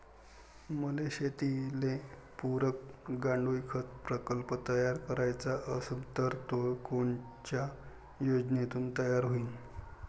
मले शेतीले पुरक गांडूळखत प्रकल्प तयार करायचा असन तर तो कोनच्या योजनेतून तयार होईन?